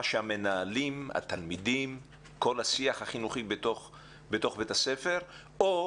מה שהמנהלים והתלמידים וכל השיח החינוכי בתוך בית הספר מייצרים,